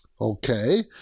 Okay